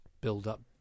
build-up